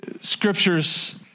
Scriptures